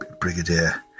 brigadier